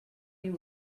you